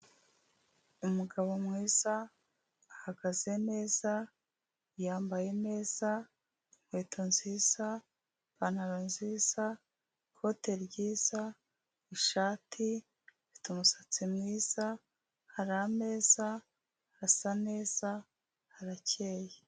Umugabo mwiza ahagaze neza yambaye neza inkweto nziza, ipantaro nziza, ikote ryiza, ishati, afite umusatsi mwiza, hari ameza, hasa neza harakeye.